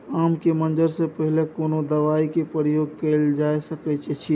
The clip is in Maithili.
आम के मंजर से पहिले कोनो दवाई के प्रयोग कैल जा सकय अछि?